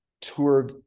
tour